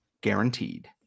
guaranteed